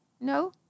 No